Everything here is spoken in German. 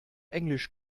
englisch